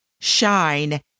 shine